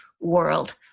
world